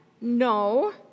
No